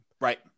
Right